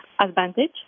advantage